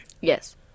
Yes